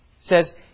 says